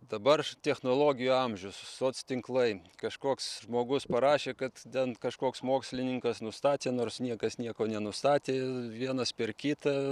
dabar technologijų amžius soc tinklai kažkoks žmogus parašė kad ten kažkoks mokslininkas nustatė nors niekas nieko nenustatė vienas per kitą